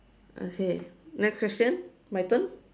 okay next question my turn